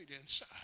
inside